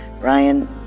Brian